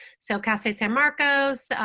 so cal state san marcos,